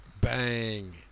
bang